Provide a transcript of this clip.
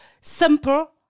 simple